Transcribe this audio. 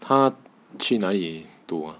他去哪里读 ah